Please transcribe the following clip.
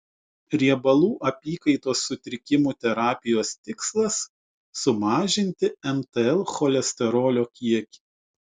riebalų apykaitos sutrikimų terapijos tikslas sumažinti mtl cholesterolio kiekį